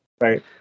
right